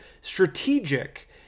strategic